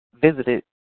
visited